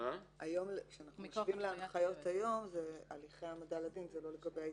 זה לא לגבי התיישנות.